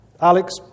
Alex